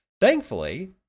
Thankfully